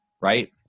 right